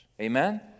Amen